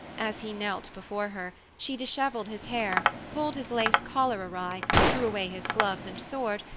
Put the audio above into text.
as he knelt before her, she disheveled his hair, pulled his lace collar awry, threw away his gloves and sword,